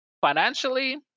financially